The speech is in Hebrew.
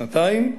שנתיים,